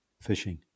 fishing